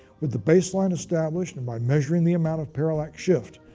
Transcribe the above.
with the baseline established and by measuring the amount of parallax shift,